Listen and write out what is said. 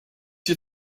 you